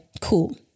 cool